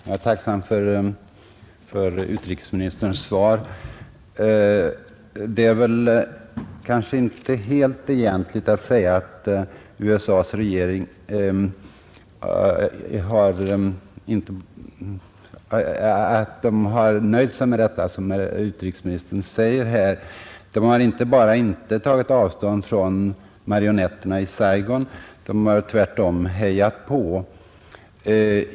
Jag är tacksam för utrikesministerns svar. Det är kanske inte helt egentligt att säga att USA:s regering har nöjt sig med att inte ta avstånd från de sydvietnamesiska uttalandena. Den har inte bara låtit bli att ta avstånd från marionetterna i Saigon, den har tvärtom hejat på.